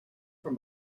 from